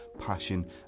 passion